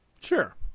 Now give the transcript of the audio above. Sure